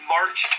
March